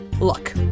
Look